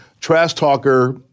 trash-talker